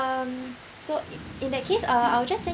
um so in that case uh I will just send